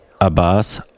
Abbas